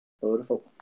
beautiful